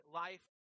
life